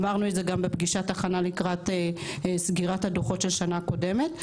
אמרנו את זה גם בפגישת הכנה לקראת סגירת הדוחות של שנה קודמת.